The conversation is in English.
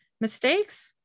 Mistakes